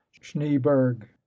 Schneeberg